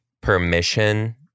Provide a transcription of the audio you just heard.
permission